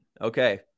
Okay